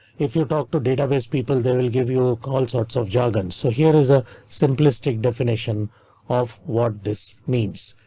if you talk to database people, they will give you ah all sorts of jargon. so here is a simplistic definition of what this means.